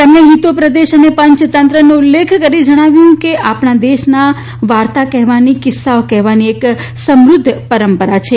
તેમણે હિતોપ્રદેશ અને પંચતંત્રનો ઉલ્લેખ કરી જણાવ્યું કે આપણા દેશનાં વાર્તા કહેવાની કિસ્સાઓ કહેવાની એક સમૃદ્ધ પરંપરા છે